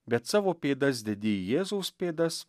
bet savo pėdas dedi į jėzaus pėdas